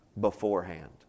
beforehand